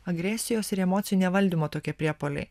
agresijos ir emocijų nevaldymo tokie priepuoliai